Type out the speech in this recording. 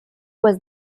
was